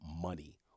Money